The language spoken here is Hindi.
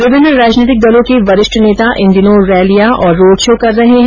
विभिन्न राजनीतिक दलों के वरिष्ठ नेता इन दिनों रैलियां और रोड शो कर रहे हैं